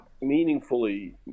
meaningfully